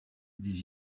des